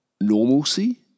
normalcy